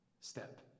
step